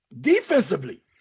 defensively